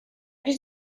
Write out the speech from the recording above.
did